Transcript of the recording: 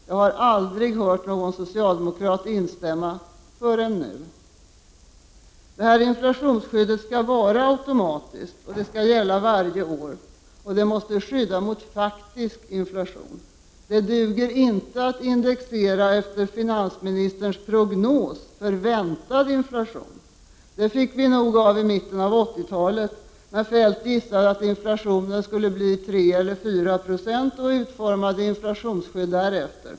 Jag har aldrig hört någon socialdemokrat instämma — förrän nu. Det här inflationsskyddet skall vara automatiskt och det skall gälla varje år. Det måste skydda mot faktisk inflation. Det duger inte att indexera efter finansministerns prognos för väntad inflation. Det fick vi nog av i mitten av 80-talet när Feldt gissade att inflationen skulle bli 3 eller 4 90 och utformade inflationsskyddet därefter.